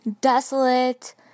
desolate